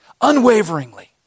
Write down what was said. Unwaveringly